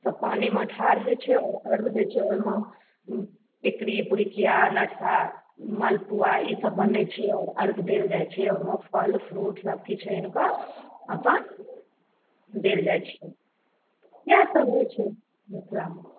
तऽ पानिमे ठाढ़ होइ छै आओर अर्घ्य दै छै ओहिमे टिकरी पिरुकिआ अनरसा मलपूआ ईसभ बनै छै आओर अर्घ्य देल जाइ छै आओर ओहिमे फल फ्रूट सभकिछु आनि कऽ अपन देल जाइ छै इएहसभ होइ छै मिथलामे